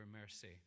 mercy